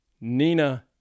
Nina